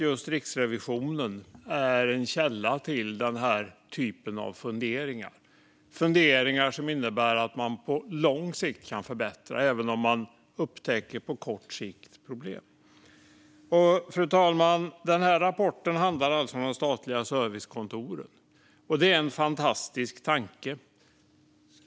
Just Riksrevisionen är en källa till den typen av funderingar, som innebär att man kan förbättra på lång sikt även om problemen upptäcks på kort sikt. Fru talman! Den här rapporten handlar om de statliga servicekontoren. Det är en fantastisk tanke.